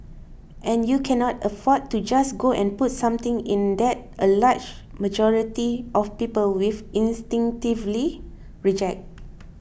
and you cannot afford to just go and put something in that a large majority of people will instinctively reject